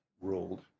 ruled